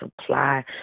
supply